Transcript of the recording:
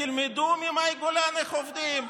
תלמדו ממאי גולן איך עובדים.